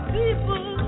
people